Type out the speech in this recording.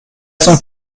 cent